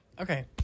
Okay